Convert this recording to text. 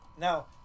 now